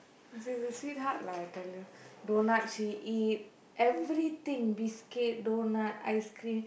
she is a sweet heart lah I tell you doughnut she eat everything biscuit doughnut ice cream